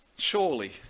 Surely